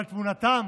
אבל תמונתם,